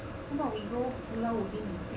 why not we go pulau ubin instead